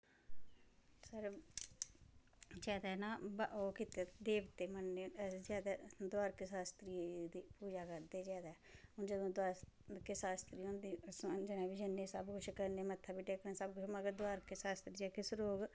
जादै ना ओह् कीते दा देवते मन्नने जादा दवारका शास्त्री दी पूजा करदे जादै जदूं दवारका शास्त्री होंदे सुहांजना बी जंदे अस सब कुश करने मत्था बी टेकने सब कुछ मगर दवारका शास्त्री जेह्ड़े किश लोग